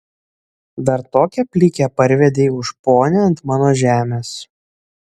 dar tokią plikę parvedei už ponią ant mano žemės